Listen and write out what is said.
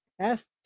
Ask